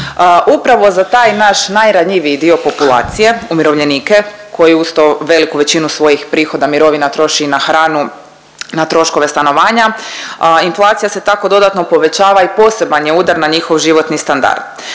Upravo za taj naš najranjiviji dio populacije umirovljenike koji uz to veliku većinu svojih prihoda mirovina troši na hranu, na troškove stanovanja inflacija se tako dodatno povećava i poseban je udar na njihov životni standard.